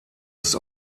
ist